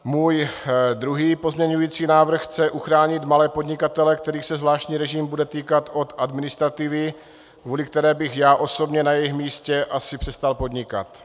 Můj druhý pozměňovací návrh chce uchránit malé podnikatele, kterých se zvláštní režim bude týkat, od administrativy, kvůli které bych já osobně na jejich místě asi přestal podnikat.